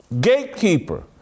gatekeeper